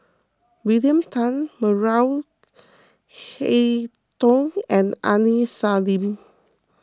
William Tan Maria Hertogh and Aini Salim